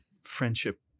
friendship